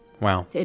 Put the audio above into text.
Wow